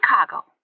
Chicago